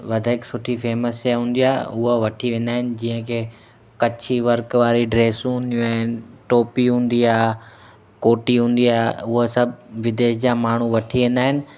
वधीक सुठी फेम्स शइ हूंदी आहे उहा वठी वेंदा आहिनि जीअं की कच्छी वर्क वारी ड्रेसियूं हूंदियूं आहिनि टोपी हूंदी आहे कोटी हूंदी आहे उहा सभु विदेश जा माण्हू वठी वेंदा आहिनि